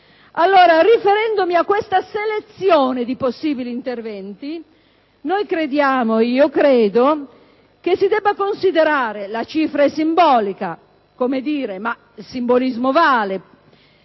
rilevanti. Riferendomi a questa selezione di possibili interventi noi crediamo - io credo - che si debba considerare - la cifra è simbolica, ma il simbolismo vale